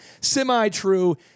semi-true